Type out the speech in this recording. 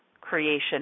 creation